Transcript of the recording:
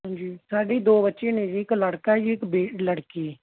ਹਾਂਜੀ ਸਾਡੇ ਦੋ ਬੱਚੇ ਨੇ ਜੀ ਇੱਕ ਲੜਕਾ ਹੈ ਜੀ ਇੱਕ ਬੇ ਲੜਕੀ